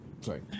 sorry